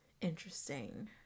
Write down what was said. interesting